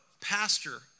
pastor